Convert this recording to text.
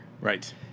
Right